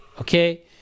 okay